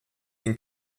den